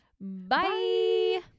Bye